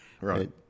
Right